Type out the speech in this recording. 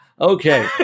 Okay